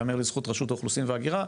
יאמר לזכות רשות האוכלוסין וההגירה,